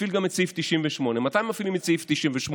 הפעיל את סעיף 98. מתי מפעילים את סעיף 98ף